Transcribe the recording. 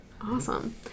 awesome